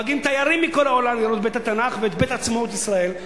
מגיעים תיירים מכל העולם לראות את בית-התנ"ך ואת בית עצמאות ישראל,